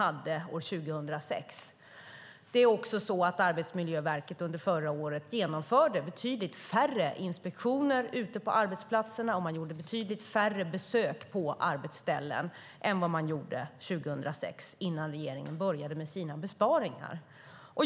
Under förra året genomförde Arbetsmiljöverket betydligt färre inspektioner ute på arbetsplatserna och gjorde betydligt färre besök på arbetsställen än 2006, innan regeringen började med sina besparingar.